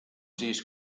siis